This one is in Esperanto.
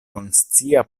konscia